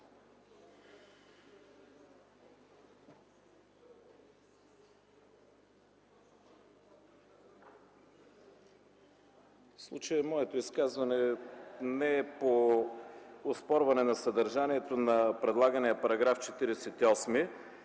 случая моето изказване не е по оспорване на съдържанието на предлагания § 48,